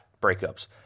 breakups